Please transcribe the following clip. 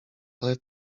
ale